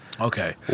Okay